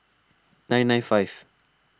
nine nine five